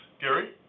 Gary